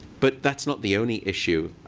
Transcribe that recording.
but that's not the only issue.